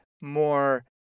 more